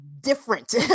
different